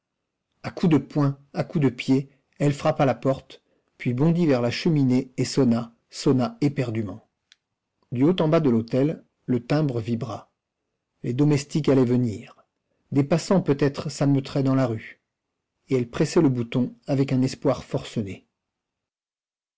à coups de poing à coups de pied elle frappa la porte puis bondit vers la cheminée et sonna sonna éperdument du haut en bas de l'hôtel le timbre vibra les domestiques allaient venir des passants peut-être s'ameuteraient dans la rue et elle pressait le bouton avec un espoir forcené